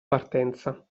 partenza